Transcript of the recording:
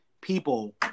people